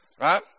right